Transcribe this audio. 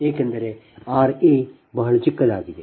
ಏಕೆಂದರೆ ra ಬಹಳ ಚಿಕ್ಕದಾಗಿದೆ